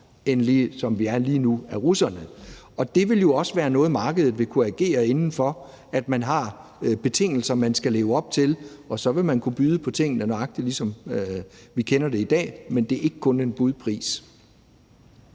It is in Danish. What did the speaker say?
er i lommen på russerne. Og det vil jo også være noget, markedet vil kunne agere indenfor, altså at der er betingelser, man skal leve op til, og at man så vil kunne byde på tingene, nøjagtig som vi kender det i dag. Men det handler ikke kun om en budpris.